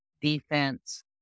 Defense